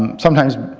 um sometimes,